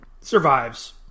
survives